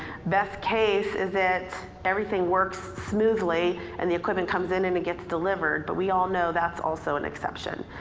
best case is it everything works smoothly and the equipment comes in and it gets delivered. but we all know that's also an exception.